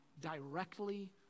directly